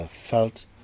felt